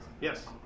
Yes